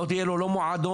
לא יהיה לו מועדון,